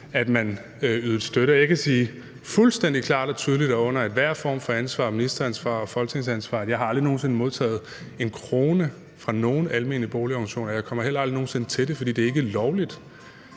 at man ydede støtte. Jeg kan sige fuldstændig klart og tydeligt og under enhver form for ansvar, ministeransvar og folketingsansvar, at jeg aldrig nogen sinde har modtaget 1 kr. fra nogen almene boligorganisationer, og jeg kommer heller aldrig nogen sinde til det, for det er ikke lovligt.